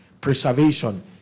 preservation